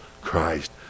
Christ